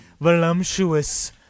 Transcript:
voluptuous